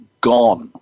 gone